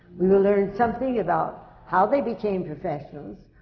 we will learn something about how they became professionals,